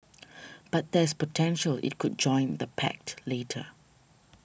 but there's potential it could join the pact later